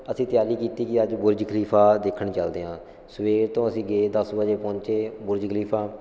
ਅਸੀਂ ਤਿਆਰੀ ਕੀਤੀ ਕਿ ਅੱਜ ਬੁਰਜ ਖਲੀਫਾ ਦੇਖਣ ਚੱਲਦੇ ਹਾਂ ਸਵੇਰ ਤੋਂ ਅਸੀਂ ਗਏ ਦਸ ਵਜੇ ਪਹੁੰਚੇ ਬੁਰਜ ਖਲੀਫਾ